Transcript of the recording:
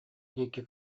диэки